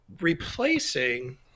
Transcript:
replacing